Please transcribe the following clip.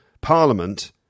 Parliament